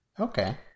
Okay